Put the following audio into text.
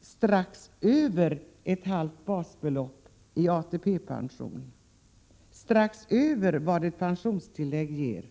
strax över ett halvt basbelopp i ATP-pension och strax över vad ett pensionstillägg ger.